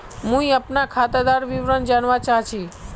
मुई अपना खातादार विवरण जानवा चाहची?